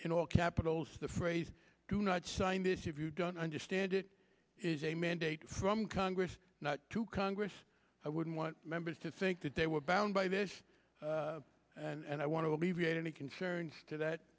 in all capitals the phrase do not sign this if you don't understand it is a mandate from congress not to congress i wouldn't want members to think that they were bound by this and i want to alleviate any concerns to that